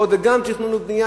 וגם תכנון ובנייה,